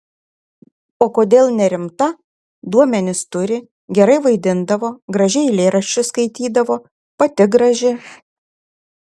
o kodėl nerimta duomenis turi gerai vaidindavo gražiai eilėraščius skaitydavo pati graži